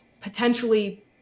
potentially